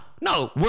no